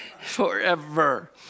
forever